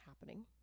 happening